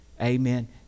amen